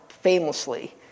famously